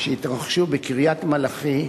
שהתרחשו בקריית-מלאכי,